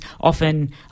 often